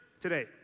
today